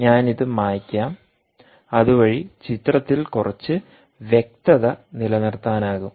ഞാൻ ഇത് മായ്ക്കാം അതുവഴി ചിത്രത്തിൽ കുറച്ച് വ്യക്തത നിലനിർത്താനാകും